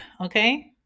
okay